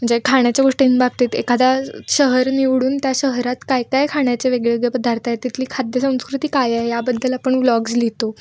म्हणजे खाण्याच्या गोष्टींबाबतीत एखादा शहर निवडून त्या शहरात काय काय खाण्याचे वेगवेगळे पदार्थ आहेत तिथली खाद्य संस्कृती काय आहे याबद्दल आपण व्लॉग्ज लिहितो